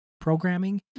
programming